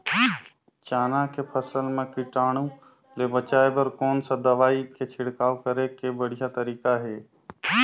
चाना के फसल मा कीटाणु ले बचाय बर कोन सा दवाई के छिड़काव करे के बढ़िया तरीका हे?